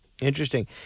Interesting